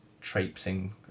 traipsing